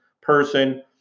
person